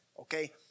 okay